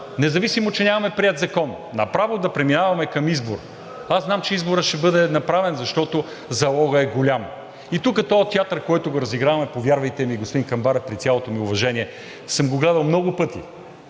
Независимо че нямаме приет закон, направо да преминаваме към избор. Аз знам, че изборът ще бъде направен, защото залогът е голям. И тук този театър, който го разиграваме, повярвайте ми, господин Камбарев, при цялото ми уважение, съм го гледал много пъти.